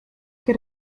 que